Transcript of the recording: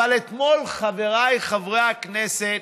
אבל אתמול, חבריי חברי הכנסת,